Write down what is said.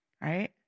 right